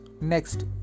Next